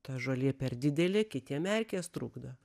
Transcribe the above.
ta žolė per didelė kitiem erkės trukdo